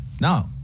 No